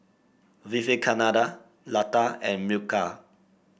Vivekananda Lata and Milkha